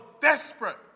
desperate